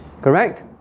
Correct